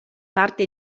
parte